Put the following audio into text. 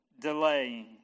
delaying